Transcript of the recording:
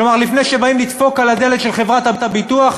כלומר, לפני שבאים לדפוק על הדלת של חברת הביטוח,